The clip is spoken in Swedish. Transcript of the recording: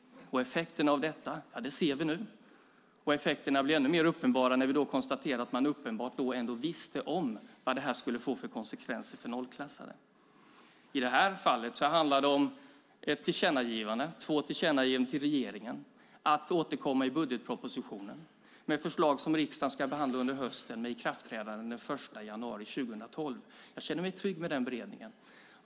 Effekterna av detta ser vi nu. De effekterna blir ännu mer uppenbara när vi konstaterar att man då visste om vad det skulle få för konsekvenser för nollklassade. I det här fallet handlar det om två tillkännagivanden till regeringen att återkomma i budgetpropositionen med förslag som riksdagen ska behandla under hösten med ikraftträdande den 1 januari 2012. Jag känner mig trygg med den beredningen.